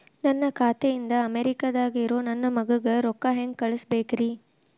ನನ್ನ ಖಾತೆ ಇಂದ ಅಮೇರಿಕಾದಾಗ್ ಇರೋ ನನ್ನ ಮಗಗ ರೊಕ್ಕ ಹೆಂಗ್ ಕಳಸಬೇಕ್ರಿ?